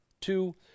two